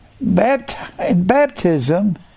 Baptism